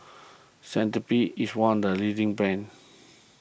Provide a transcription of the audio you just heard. Cetrimide is one of the leading brands